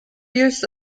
use